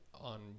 on